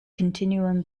continuum